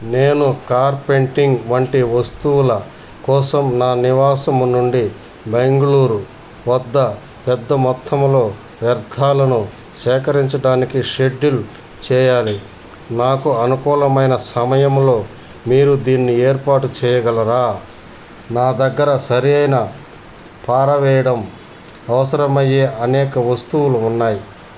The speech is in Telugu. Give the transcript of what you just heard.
నేను కార్పెంటింగ్ వంటి వస్తువుల కోసం నా నివాసము నుండి బెంగ్ళూరు వద్ద పెద్ద మొత్తములో వ్యర్థాలను సేకరించడానికి షెడ్యూల్ చెయ్యాలి నాకు అనుకూలమైన సమయములో మీరు దీన్ని ఏర్పాటు చెయ్యగలరా నా దగ్గర సరియైన పారవేయడానికి అవసరమయ్యే అనేక వస్తువులు ఉన్నాయి